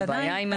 הבעיה היא מהמכר.